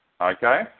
Okay